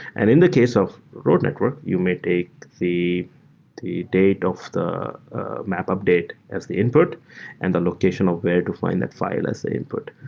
and in the case of road network, you may take the the date of the map update as the input and the location of where to find that file as the input.